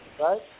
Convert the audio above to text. Right